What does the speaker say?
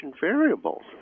variables